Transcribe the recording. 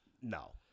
No